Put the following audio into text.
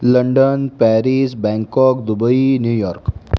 London Paris Bangkok Dubai New York